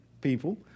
people